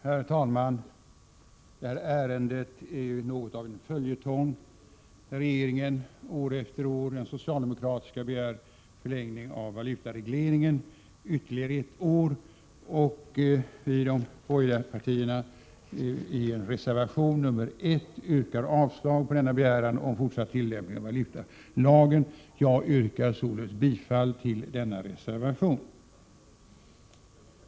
Herr talman! Detta ärende är ju något av en följetong, där den socialdemokratiska regeringen år efter år begär förlängning av valutaregleringen i ytterligare ett år. I reservation 1 yrkar vi borgerliga partier avslag på denna begäran om fortsatt tillämpning av valutalagen. Jag yrkar således bifall till denna reservation.